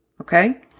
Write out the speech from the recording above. Okay